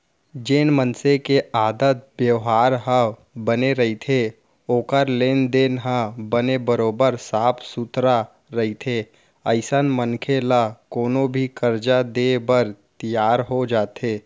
जेन मनसे के आदत बेवहार ह बने रहिथे ओखर लेन देन ह बने बरोबर साफ सुथरा रहिथे अइसन मनखे ल कोनो भी करजा देय बर तियार हो जाथे